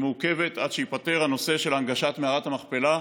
שמעוכבת עד שייפתר הנושא של הנגשת מערת המכפלה.